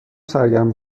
سرگرم